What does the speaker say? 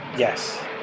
Yes